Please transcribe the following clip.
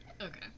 Okay